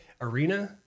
arena